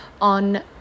on